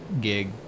gig